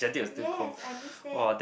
yes I miss that